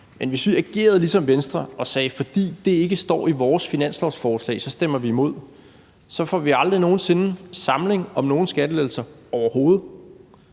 Men hvis vi agerede ligesom Venstre og sagde, at fordi det ikke står i vores finanslovsforslag, stemmer vi imod, får vi aldrig nogen sinde samling om nogen skattelettelse, overhovedet.